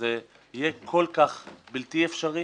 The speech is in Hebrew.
שזה יהיה כל כך בלתי אפשרי